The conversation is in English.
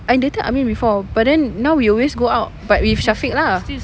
I dated amin before but then now we always go out but with syafiq lah